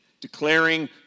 declaring